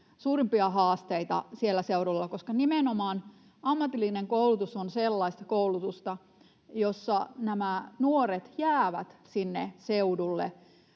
suurimpia haasteita sillä seudulla, koska nimenomaan ammatillinen koulutus on sellaista koulutusta, jossa nämä nuoret jäävät sinne seudulle.